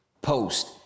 post